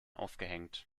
aufgehängt